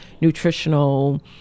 nutritional